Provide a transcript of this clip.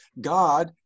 God